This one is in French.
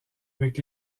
avec